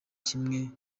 kimwe